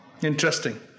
interesting